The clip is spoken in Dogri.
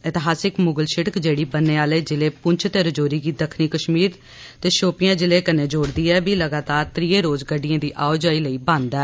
ऐतिहासिक मुगल शिड़क जेड़ी बन्ने आह्ले जिले पुंछ ते रजौरी गी दक्खनी कश्मीर दे शोपियां जिले कन्नै जोड़दी ऐ ओह् बी लगातार त्रीये रोज गड्डिए दी आओजाई लेई बंद ऐ